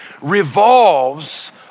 revolves